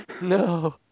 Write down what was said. No